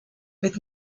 mit